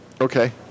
Okay